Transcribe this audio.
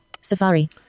Safari